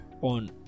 on